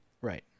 right